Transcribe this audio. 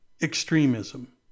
extremism